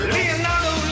Leonardo